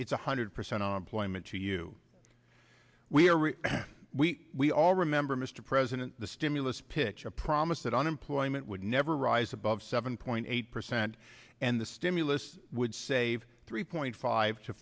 it's one hundred percent unemployment to you we are we all remember mr president the stimulus pitch a promise that unemployment would never rise above seven point eight percent and the stimulus would save three point five to